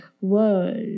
world